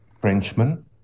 Frenchman